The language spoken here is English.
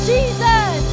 Jesus